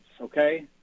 okay